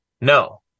no